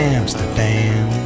Amsterdam